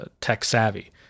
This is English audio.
tech-savvy